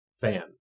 fan